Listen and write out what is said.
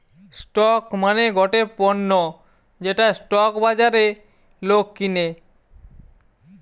stock মানে গটে পণ্য যেটা স্টক বাজারে লোক কিনে